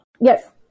Yes